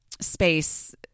space